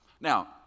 Now